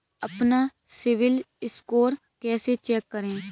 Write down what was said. अपना CIBIL score कैसे check करें?